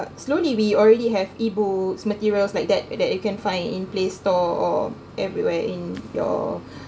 slowly we already have E books materials like that that you can find in play store or everywhere in your